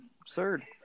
Absurd